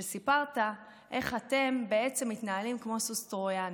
שסיפרת איך אתם בעצם מתנהלים כמו סוס טרויאני.